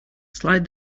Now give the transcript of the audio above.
slide